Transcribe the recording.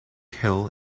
hill